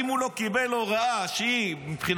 אם הוא לא קיבל הוראה שמבחינתו,